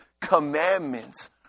commandments